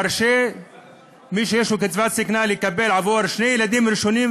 מרשה למי שיש לו קצבת זיקנה לקבל קצבה רק עבור שני ילדים ראשונים,